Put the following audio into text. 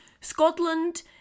Scotland